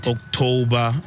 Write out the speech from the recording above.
October